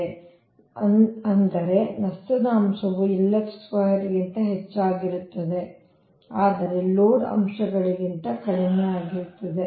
ಆದ್ದರಿಂದ ಆದ್ದರಿಂದ ನಷ್ಟದ ಅಂಶವು ಗಿಂತ ಹೆಚ್ಚಾಗಿರುತ್ತದೆ ಆದರೆ ಲೋಡ್ ಅಂಶಗಳಿಗಿಂತ ಕಡಿಮೆಯಾಗಿರುತ್ತದೆ